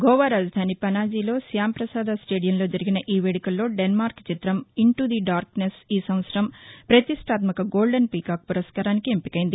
గోవా రాజధాని పనాజీలో శ్యామప్రసాద స్లేదియంలో జరిగిన ఈ వేడుకల్లో డెన్నార్క్ చిత్రం into the darkness ఈ సంవత్సరం ప్రతిష్టాత్మక గోల్డెన్ పీకాక్ పురస్కారానికి ఎంపికైంది